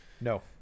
No